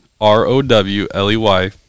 R-O-W-L-E-Y